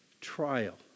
trial